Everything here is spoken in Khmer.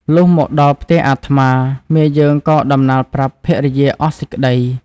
លុះមកដល់ផ្ទះអាត្មា មាយើងក៏ដំណាលប្រាប់ភរិយាអស់សេចក្តី។